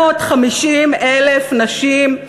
450,000 נשים,